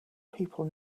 people